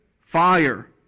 fire